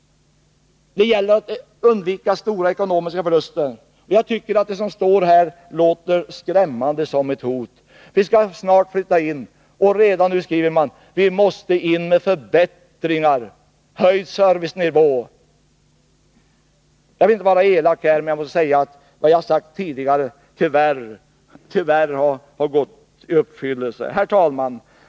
Det gäller att undvika stora ekonomiska förluster. Jag tycker att det som står här låter skrämmande, som ett hot. Vi skall snart flytta in, och redan nu skriver man: Vi måste sörja för att det blir förbättringar, höjd servicenivå. Jag vill inte vara elak, men jag måste framhålla att vad jag förutsagt tyvärr har gått i uppfyllelse. Herr talman!